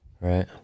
Right